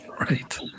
Right